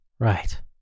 Right